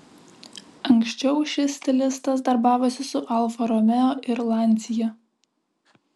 anksčiau šis stilistas darbavosi su alfa romeo ir lancia